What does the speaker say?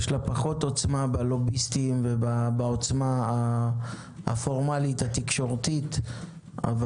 יש לה פחות עוצמה בלוביסטים ובעוצמה הפורמלית התקשורתית אבל